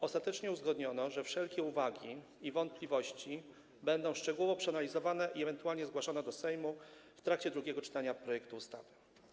Ostatecznie uzgodniono, że wszelkie uwagi i wątpliwości będą szczegółowo przeanalizowane i ewentualnie zgłaszane w Sejmie w trakcie drugiego czytania projektu ustawy.